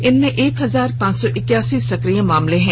इनमें एक हजार पांच सौ इकासी सक्रिय केस हैं